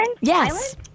Yes